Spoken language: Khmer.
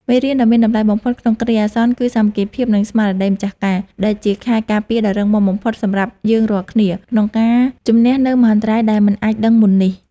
មេរៀនដ៏មានតម្លៃបំផុតក្នុងគ្រាអាសន្នគឺ សាមគ្គីភាព និងស្មារតីម្ចាស់ការ ដែលជាខែលការពារដ៏រឹងមាំបំផុតសម្រាប់យើងរាល់គ្នា ក្នុងការជម្នះនូវមហន្តរាយដែលមិនអាចដឹងមុននេះ។